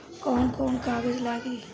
कौन कौन कागज लागी?